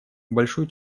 большую